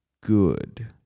good